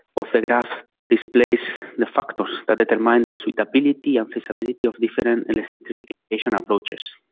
of the graph displays the factors that undermine the suitability and feasibility of different electrification approaches.